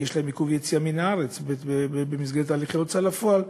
כי יש להם עיכוב יציאה מן הארץ במסגרת הליכי הוצאה לפועל,